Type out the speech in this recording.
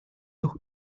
noch